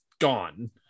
gone